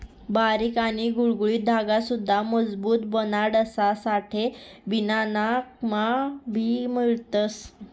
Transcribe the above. बारीक आणि गुळगुळीत धागा सुद्धा मजबूत बनाडासाठे बाकिना मा भी मिळवतस